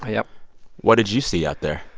yeah what did you see out there?